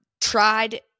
tried